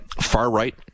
far-right